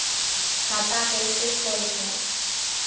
खाता कइसे खोलथें?